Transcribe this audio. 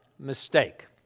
mistake